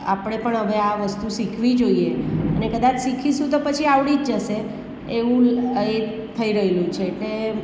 આપણે પણ હવે આ વસ્તુ શીખવી જોઈએ અને કદાચ શીખીશું તો પછી આવડી જ જશે એવું એ થઈ રહ્યું છે